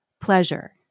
Pleasure